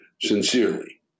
Sincerely